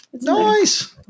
Nice